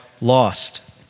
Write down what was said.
lost